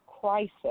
crisis